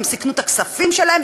הם סיכנו את הכספים שלהם,